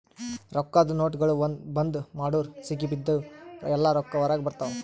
ರೊಕ್ಕಾದು ನೋಟ್ಗೊಳ್ ಬಂದ್ ಮಾಡುರ್ ಸಿಗಿಬಿದ್ದಿವ್ ಎಲ್ಲಾ ರೊಕ್ಕಾ ಹೊರಗ ಬರ್ತಾವ್